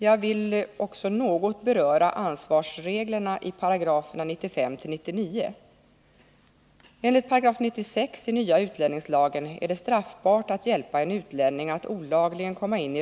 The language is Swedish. Jag vill också något beröra ansvarsreglerna i 95-99 §§.